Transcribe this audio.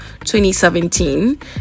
2017